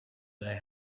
they